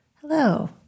Hello